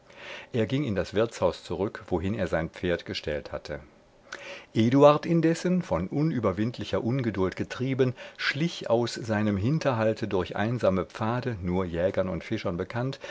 er ging in das wirtshaus zurück wohin er sein pferd gestellt hatte eduard indessen von unüberwindlicher ungeduld getrieben schlich aus seinem hinterhalte durch einsame pfade nur jägern und fischern bekannt